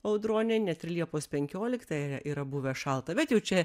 audronė net ir liepos penkioliktąją yra buvę šalta bet jau čia